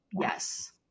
Yes